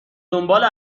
دنبال